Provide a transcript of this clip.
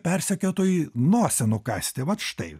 persekiotojui nosį nukąsti vat štai